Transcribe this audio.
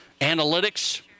Analytics